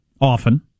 Often